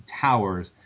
towers